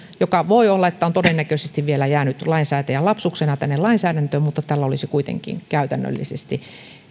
ja todennäköisesti se on jäänyt lainsäätäjän lapsuksena vielä tänne lainsäädäntöön mutta tällä olisi kuitenkin käytännöllisesti